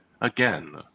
again